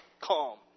calm